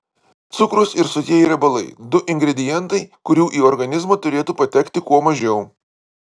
cukrus ir sotieji riebalai du ingredientai kurių į organizmą turėtų patekti kuo mažiau